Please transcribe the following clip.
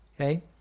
okay